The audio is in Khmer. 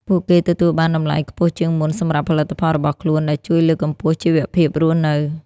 ពួកគេទទួលបានតម្លៃខ្ពស់ជាងមុនសម្រាប់ផលិតផលរបស់ខ្លួន ដែលជួយលើកកម្ពស់ជីវភាពរស់នៅ។